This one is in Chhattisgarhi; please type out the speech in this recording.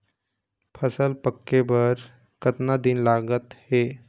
फसल पक्के बर कतना दिन लागत हे?